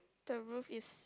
the roof is